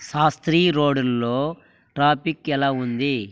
శాస్త్రీ రోడ్డుల్లో ట్రాఫిక్ ఎలా ఉంది